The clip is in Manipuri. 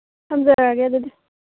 ꯊꯝꯖꯔꯒꯦ ꯑꯗꯨꯗꯤ